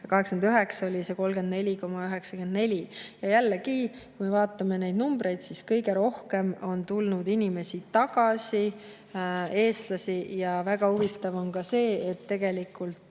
1989 oli see 34,94%. Ja jällegi, kui me vaatame neid numbreid, siis kõige rohkem on tulnud tagasi eestlasi. Ja väga huvitav on see, et tegelikult,